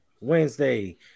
wednesday